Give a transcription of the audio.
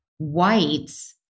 whites